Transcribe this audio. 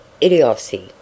idiocy